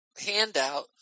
handout